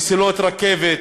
מסילות רכבת,